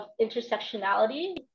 intersectionality